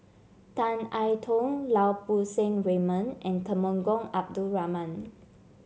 Tan I Tong Lau Poo Seng Raymond and Temenggong Abdul Rahman